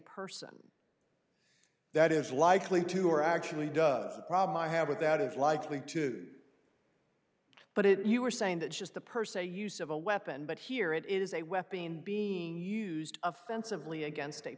person that is likely to or actually does the problem i have with that is likely to but it you are saying that just the per se use of a weapon but here it is a weapon being used offensively against a